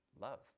Love